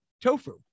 tofu